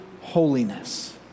holiness